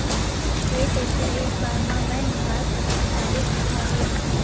के पईसा एक बार मा मैं निकाल सकथव चालू खाता ले?